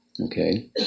okay